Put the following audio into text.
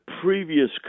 previous